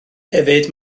hefyd